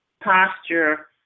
posture